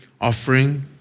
offering